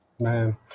Man